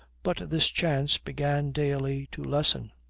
but this chance began daily to lessen.